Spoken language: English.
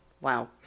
Wow